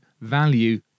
value